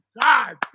God